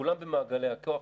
שכולם במעגלי הכוח,